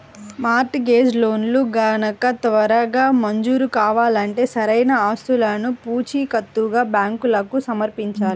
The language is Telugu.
మార్ట్ గేజ్ లోన్లు గనక త్వరగా మంజూరు కావాలంటే సరైన ఆస్తులను పూచీకత్తుగా బ్యాంకులకు సమర్పించాలి